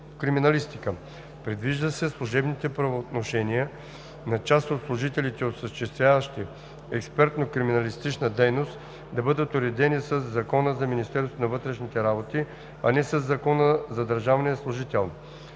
криминалистика. Предвижда се служебните правоотношения на част от служителите, осъществяващи експертно-криминалистичната дейност, да бъдат уредени със Закона за Министерството на вътрешните работи, а не със Закона за държавния служител.